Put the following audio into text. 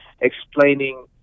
explaining